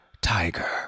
tiger